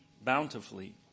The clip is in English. bountifully